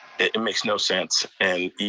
it makes no sense. and